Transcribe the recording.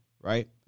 right